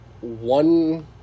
one